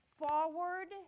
forward